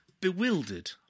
bewildered